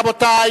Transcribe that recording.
רבותי,